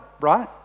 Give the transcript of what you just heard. right